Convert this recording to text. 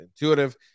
intuitive